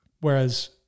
whereas